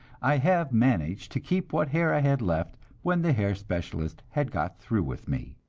i have managed to keep what hair i had left when the hair specialist had got through with me.